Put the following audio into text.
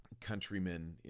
countrymen